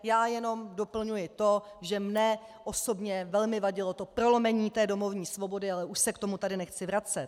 Já jenom doplňuji to, že mně osobně velmi vadilo prolomení domovní svobody, ale už se k tomu tady nechci vracet.